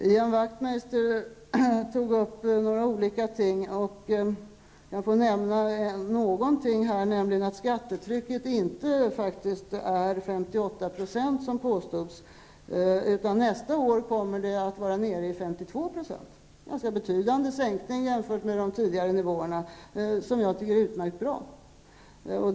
Ian Wachtmeister tog upp några olika ting. Jag vill nämna att skattetrycket faktiskt inte är 58 %, som påstods, utan nästa år kommer det att vara nere i 52 %. Det är en ganska betydande sänkning, som jag tycker är utmärkt bra, jämfört med de tidigare nivåerna.